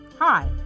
Hi